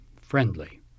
friendly